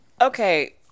okay